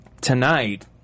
tonight